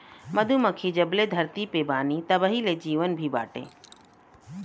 मधुमक्खी जबले धरती पे बानी तबही ले जीवन भी बाटे